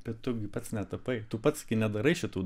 bet tu gi pats netapai tu pats nedarai šitų